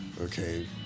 Okay